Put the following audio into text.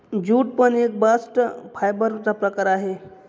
jute पण एक bast fibre चा प्रकार आहे